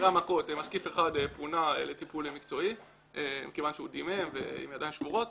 משקיף אחד פונה לטיפול מקצועי כיוון שהוא דימם ועם ידיים שבורות.